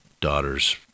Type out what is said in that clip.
daughter's